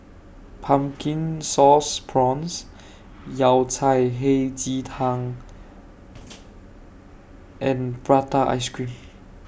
Pumpkin Sauce Prawns Yao Cai Hei Ji Tang and Prata Ice Cream